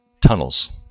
tunnels